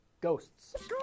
ghosts